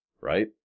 right